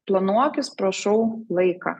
planuokis prašau laiką